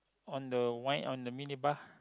on the wine on the mini bar